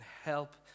help